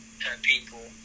people